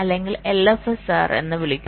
അല്ലെങ്കിൽ LFSR എന്ന് വിളിക്കുന്നു